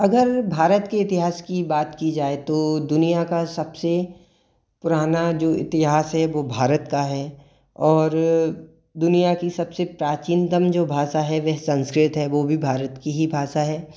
अगर भारत के इतिहास की बात की जाए तो दुनियाँ का सब से पुराना जो इतिहास है वो भारत का है और दुनिया की सब से प्राचीनतम जो भाषा है वह संस्कृत है वो भी भारत की ही भाषा है